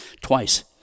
twice